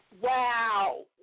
Wow